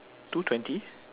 two twenty